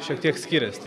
šiek tiek skiriasi